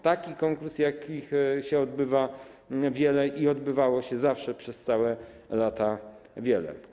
Taki konkurs, jakich się odbywa wiele i odbywało się zawsze przez całe lata wiele.